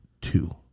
two